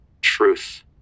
truth